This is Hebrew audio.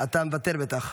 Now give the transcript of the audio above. אתה בטח מוותר.